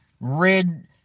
red